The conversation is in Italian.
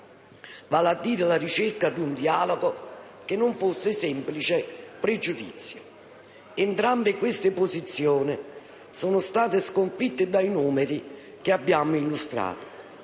vale a dire la ricerca di un dialogo che non fosse semplice pregiudizio. Entrambe queste posizioni sono state sconfitte dai numeri che abbiamo illustrato.